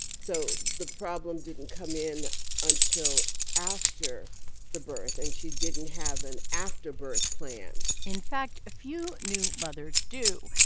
so the problem didn't come in until after the birth, and she didn't have an afterbirth plan in fact, few new mothers do.